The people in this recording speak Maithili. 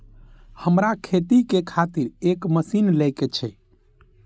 हमरा खेती के खातिर एक मशीन ले के छे?